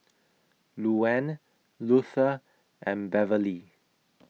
Luanne Luther and Beverley